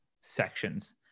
sections